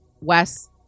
Wes